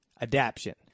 Adaption